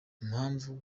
impamvu